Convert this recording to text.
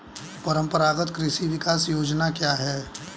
परंपरागत कृषि विकास योजना क्या है?